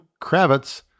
Kravitz